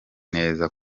neza